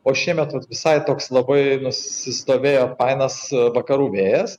o šiemet vat visai toks labai nusistovėjofainas vakarų vėjas